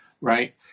right